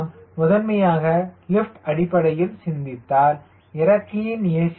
நாம் முதன்மையாக லிப்ட் அடிப்படையில் சிந்தித்தால் இறக்கையின் a